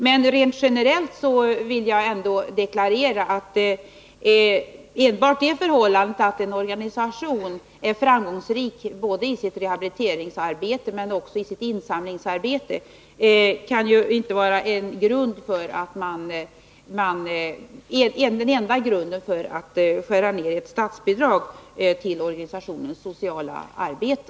Men helt generellt vill jag ändå deklarera att det förhållandet att en organisation är framgångsrik i sitt rehabiliteringsarbete liksom också i sitt insamlingsarbete inte kan vara den enda grunden för att skära ner ett statsbidrag till organisationens sociala arbete.